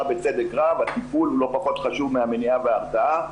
בצדק רב כי הטיפול לא פחות חשוב מהמניעה וההרתעה.